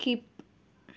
skip